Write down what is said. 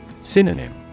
Synonym